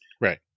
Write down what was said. right